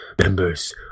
members